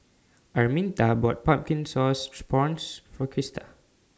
Arminta bought Pumpkin Sauce Prawns For Krista